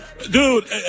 Dude